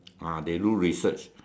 ah they do research